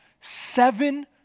seven